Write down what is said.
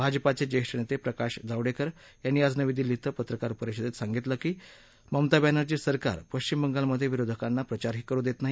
भाजपाचे ज्येष्ठ नेते प्रकाश जावडेकर यांनी आज नवी दिल्ली ॐ पत्रकार परिषदेत सांगितलं की ममता बॅनर्जी सरकार पश्चिम बंगालमधे विरोधकांना प्रचारही करु देत नाही